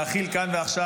להחיל כאן ועכשיו.